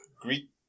Greek